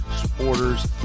supporters